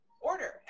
order